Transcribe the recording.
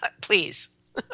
Please